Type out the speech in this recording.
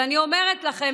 ואני אומרת לכם,